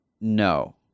No